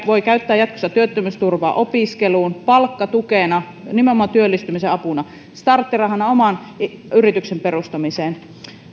voi käyttää jatkossa työttömyysturvaa opiskeluun palkkatukena nimenomaan työllistymisen apuna starttirahana oman yrityksen perustamiseen